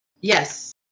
Yes